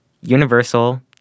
Universal